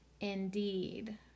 indeed